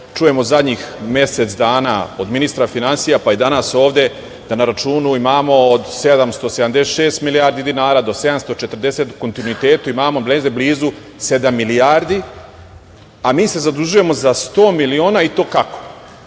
čujemo zadnjih mesec dana od ministra finansija, pa i danas ovde, da na računu imamo od 776 milijardi do 740, u kontinuitetu imamo negde blizu sedam milijardi, a mi se zadužujemo za 100 miliona i to kako?